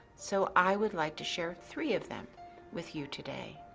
so i would like to share three of them with you today.